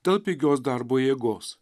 dėl pigios darbo jėgos